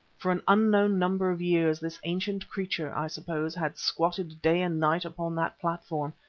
for an unknown number of years this ancient creature, i suppose, had squatted day and night upon that platform,